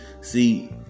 See